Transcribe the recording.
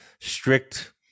strict